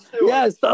Yes